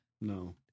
no